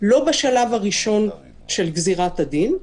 לא בשלב הראשון של גזירת הדין,